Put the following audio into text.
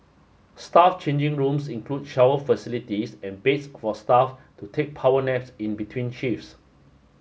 staff changing rooms include shower facilities and beds for staff to take power naps in between shifts